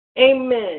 Amen